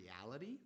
reality